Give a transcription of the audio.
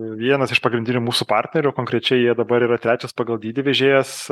vienas iš pagrindinių mūsų partnerių konkrečiai jie dabar yra trečias pagal dydį vežėjas